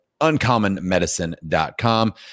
uncommonmedicine.com